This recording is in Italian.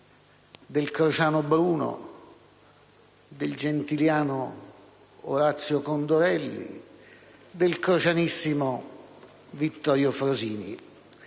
del crociano Bruno, del gentiliano Orazio Condorelli, del crocianissimo Vittorio Frosini.